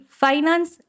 finance